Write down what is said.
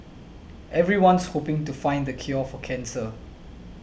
everyone's hoping to find the cure for cancer